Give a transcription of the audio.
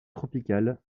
tropicale